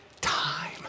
time